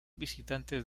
visitantes